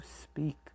speak